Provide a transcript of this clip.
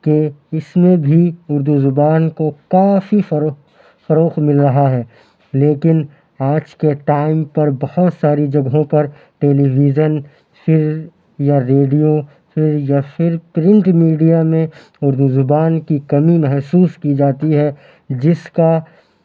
کہ اِس میں بھی اُردو زبان کو کافی فروغ فروغ مل رہا ہے لیکن آج کے ٹائم پر بہت ساری جگہوں پر ٹیلی ویزن پھر یا ریڈیو پھر یا پھر پرنٹ میڈیا میں اُردو زبان کی کمی محسوس کی جاتی ہے جس کا